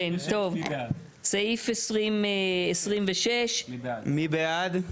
כן, טוב, סעיף 26. מי בעד?